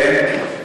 כן?